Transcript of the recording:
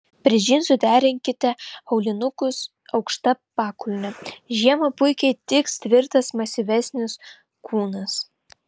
prie džinsų derinkite aulinukus aukšta pakulne žiemą puikiai tiks tvirtas masyvesnis kulnas